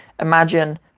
imagine